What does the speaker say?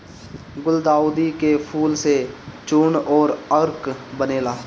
गुलदाउदी के फूल से चूर्ण अउरी अर्क बनेला